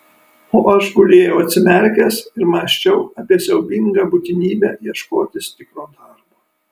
o aš gulėjau atsimerkęs ir mąsčiau apie siaubingą būtinybę ieškotis tikro darbo